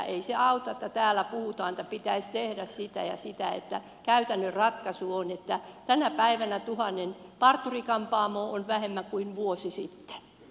ei se auta että täällä puhutaan että pitäisi tehdä sitä ja sitä mutta käytännön ratkaisu on että tänä päivänä tuhannen parturikampaamoa on vähemmän kuin vuosi sitten